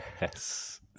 yes